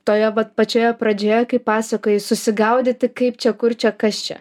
toje vat pačioje pradžioje kaip pasakojai susigaudyti kaip čia kur čia kas čia